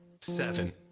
seven